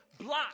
block